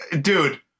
Dude